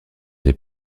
des